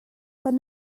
kan